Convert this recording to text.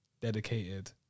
dedicated